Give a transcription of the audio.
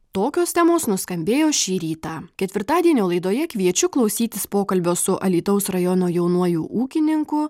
tokios temos nuskambėjo šį rytą ketvirtadienio laidoje kviečiu klausytis pokalbio su alytaus rajono jaunuoju ūkininku